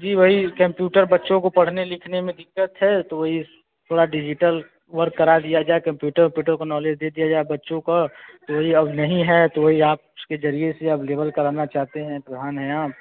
जी वही केंप्यूटर बच्चों को पढ़ने लिखने में दिक़्क़त है तो वही थोड़ा डिजिटल वर्क करा दिया जाए कंप्यूटर उम्प्यूटर को नॉलेज दे दिया जाए बच्चों को तो वही अब नहीं है तो वही आप उसके ज़रिए से अवलेबल कराना चाहते हैं प्रधान हैं आप